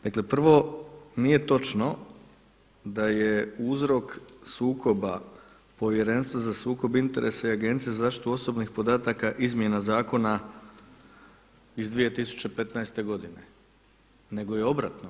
Dakle prvo, nije točno da je uzrok sukoba Povjerenstva za sukob interesa i Agencije za zaštitu osobnih podataka izmjena Zakona iz 2015. godine nego je obratno.